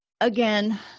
again